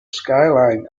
skyline